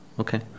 okay